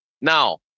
Now